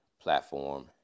platform